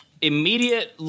immediate